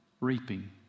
reaping